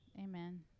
Amen